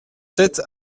sept